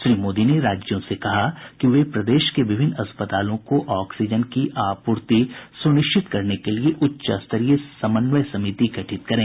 श्री मोदी ने राज्यों से कहा कि वे प्रदेश के विभिन्न अस्पतालों को ऑक्सीजन की आपूर्ति सुनिश्चित करने के लिए उच्च स्तरीय समन्वय समिति गठित करें